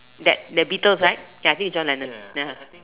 that that Beatles right I think is John-Lennon ya